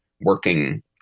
working